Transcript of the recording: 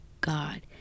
God